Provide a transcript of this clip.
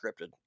scripted